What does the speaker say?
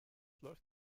läuft